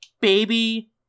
baby